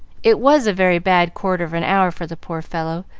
it was a very bad quarter of an hour for the poor fellow,